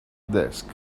desk